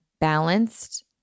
balanced